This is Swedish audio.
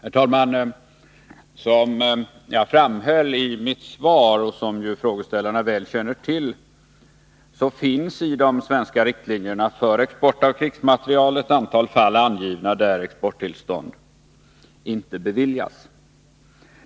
Herr talman! Som jag framhöll i mitt svar och som ju frågeställarna väl känner till finns i de svenska riktlinjerna för export av krigsmateriel ett antal fall angivna, där exporttillstånd inte beviljas.